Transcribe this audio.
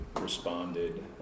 responded